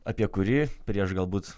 apie kurį prieš galbūt